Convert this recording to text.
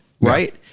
right